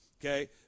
okay